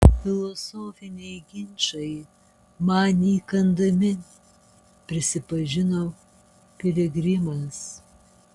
filosofiniai ginčai man neįkandami prisipažino piligrimas